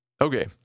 Okay